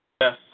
Yes